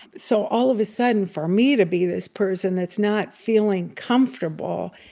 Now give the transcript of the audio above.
so all of a sudden for me to be this person that's not feeling comfortable,